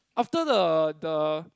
after the the